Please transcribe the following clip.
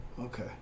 Okay